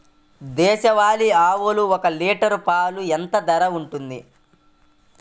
దేశవాలి ఆవులు ఒక్క లీటర్ పాలు ఎంత ధర ఉంటుంది?